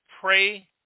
pray